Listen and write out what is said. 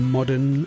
Modern